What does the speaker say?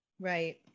Right